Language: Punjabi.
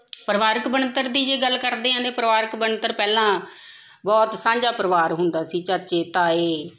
ਪਰਿਵਾਰਕ ਬਣਤਰ ਦੀ ਜੇ ਗੱਲ ਕਰਦੇ ਹਾਂ ਤਾਂ ਪਰਿਵਾਰਿਕ ਬਣਤਰ ਪਹਿਲਾਂ ਬਹੁਤ ਸਾਂਝਾ ਪਰਿਵਾਰ ਹੁੰਦਾ ਸੀ ਚਾਚੇ ਤਾਏ